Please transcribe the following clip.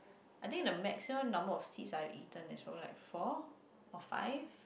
I think the maximum number of seeds I have eaten is probably four or five